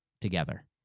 together